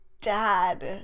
dad